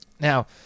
Now